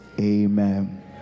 Amen